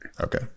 Okay